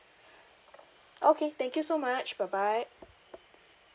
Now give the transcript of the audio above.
okay thank you so much bye bye